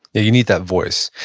you need that voice.